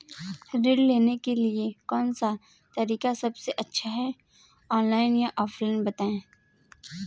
ऋण लेने के लिए कौन सा तरीका सबसे अच्छा है ऑनलाइन या ऑफलाइन बताएँ?